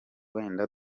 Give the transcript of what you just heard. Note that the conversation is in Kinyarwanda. wenda